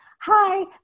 Hi